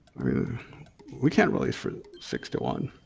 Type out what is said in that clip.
i mean we can't release for six to one.